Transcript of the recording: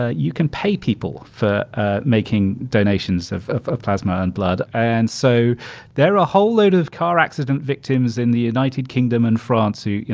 ah you can pay people for making donations of of plasma and blood. and so there are a whole load of car accident victims in the united kingdom and france who, you